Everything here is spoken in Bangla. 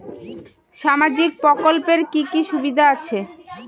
সামাজিক প্রকল্পের কি কি সুবিধা আছে?